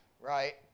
right